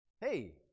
hey